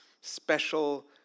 special